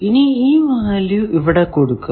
ഇനി ഈ വാല്യൂ ഇവിടെ കൊടുക്കാം